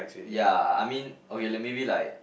ya I mean okay like maybe like